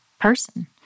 person